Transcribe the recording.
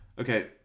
Okay